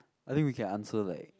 I mean we can answer like